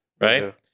right